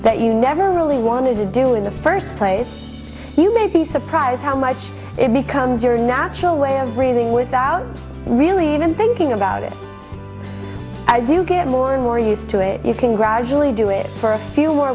that you never really wanted to do in the first place you may be surprised how much it becomes your natural way of breathing without really even thinking about it i do get more and more used to it you can gradually do it for a few more